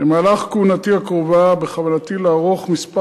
במהלך כהונתי הקרובה בכוונתי לערוך כמה